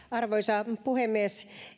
arvoisa puhemies